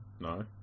No